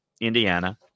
Indiana